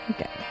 Okay